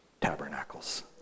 tabernacles